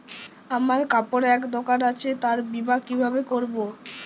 আমার কাপড়ের এক দোকান আছে তার বীমা কিভাবে করবো?